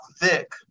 thick